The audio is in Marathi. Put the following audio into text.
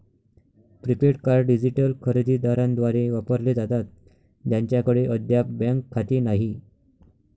प्रीपेड कार्ड डिजिटल खरेदी दारांद्वारे वापरले जातात ज्यांच्याकडे अद्याप बँक खाते नाही